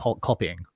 copying